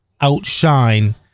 outshine